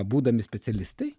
būdami specialistai